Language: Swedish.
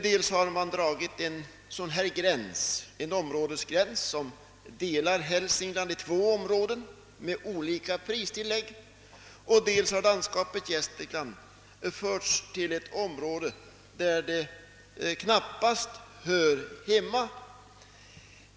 Dels har man dragit upp en gräns som i detta hänseende delar Hälsingland i två områden med olika pristillägg, dels har man fört landskapet Gästrikland till ett område där det knappast hör hemma.